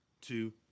two